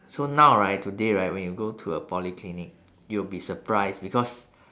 so now right today right when you go to a polyclinic you'll be surprised because